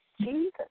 Jesus